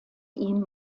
ihm